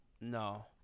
No